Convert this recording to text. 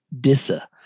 DISA